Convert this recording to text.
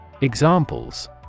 Examples